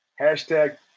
hashtag